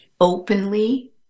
openly